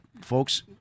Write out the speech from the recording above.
folks